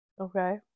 Okay